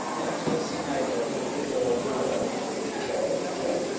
enter zinaida through the door on the right with a jar of jam.